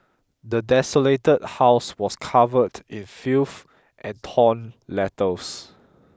the desolated house was covered in filth and torn letters